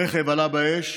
הרכב עלה באש,